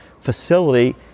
facility